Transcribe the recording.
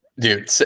dude